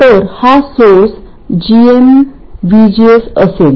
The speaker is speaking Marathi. तर हा सोर्सgm VGS असेल